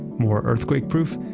more earthquake-proof,